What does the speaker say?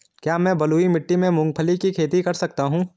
क्या मैं बलुई मिट्टी में मूंगफली की खेती कर सकता हूँ?